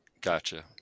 Gotcha